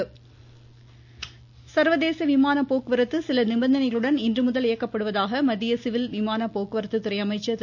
ஹர்தீப்சிங் பூரி சர்வதேச விமானப் போக்குவரத்து சில நிபந்தனைகளுடன் இன்று முதல் இயக்கப்படுவதாக மத்திய சிவில் விமான போக்குவரத்து துறை அமைச்சர் திரு